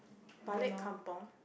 balik kampung